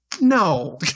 No